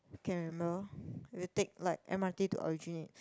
can remember you take like m_r_t to Aljunied